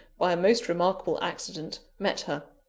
by a most remarkable accident, met her.